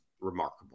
remarkable